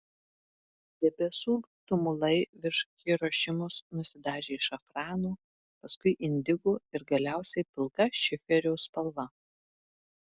debesų tumulai virš hirošimos nusidažė šafrano paskui indigo ir galiausiai pilka šiferio spalva